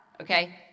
okay